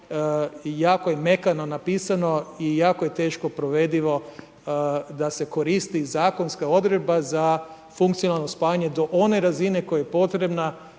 i jako je mekano napisano i jako je teško provedivoga, da se koristi zakonska odredba za funkcionalno spajanje do one razine, koja je potrebna